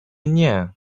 nie